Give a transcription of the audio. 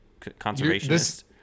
conservationist